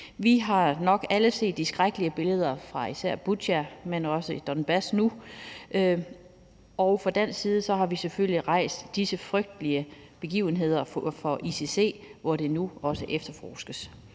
Vi har nok alle set de skrækkelige billeder fra især Butja, men også nu Donbas, og fra dansk side har vi selvfølgelig rejst disse frygtelige begivenheder for ICC, hvor de nu også efterforskes.